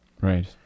Right